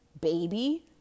baby